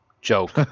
joke